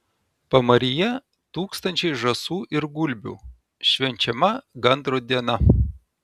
pamaryje tūkstančiai žąsų ir gulbių švenčiama gandro diena